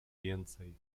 więcej